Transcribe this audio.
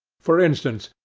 for instance,